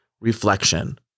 reflection